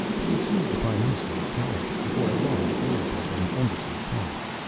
he accused the prime minister of cowardice, before a large group of an embassy party.